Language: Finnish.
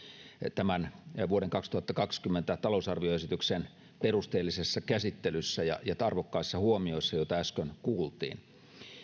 tämän vuoden kaksituhattakaksikymmentä talousarvioesityksen perusteellisessa käsittelyssä ja ja arvokkaista huomioista joita äsken kuultiin